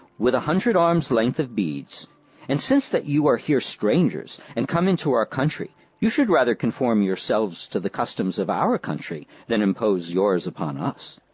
with a one hundred arms length of beads and since that you are here strangers, and come into our country, you should rather conform yourselves to the customs of our country, than impose yours upon us.